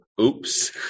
Oops